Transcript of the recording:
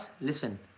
listen